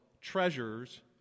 treasures